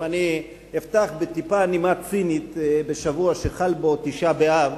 אם אני אפתח בנימה טיפה צינית בשבוע שחל בו תשעה באב.